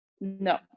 No